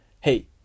hey